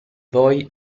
voi